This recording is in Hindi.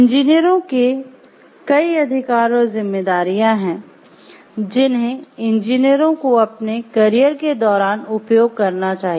इंजीनियरों के कई अधिकार और ज़िम्मेदारियाँ हैं जिन्हें इंजीनियरों को अपने करियर के दौरान उपयोग करना चाहिए